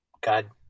God